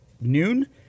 noon